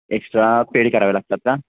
extra paid करावे लागतात का